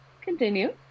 Continue